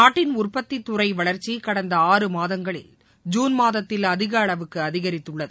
நாட்டின் உற்பத்தி துறை வளர்ச்சி கடந்த ஆறு மாதங்களில் ஜுன் மாதத்தில் அதிக அளவுக்கு அதிகரித்துள்ளது